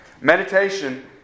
meditation